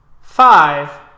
five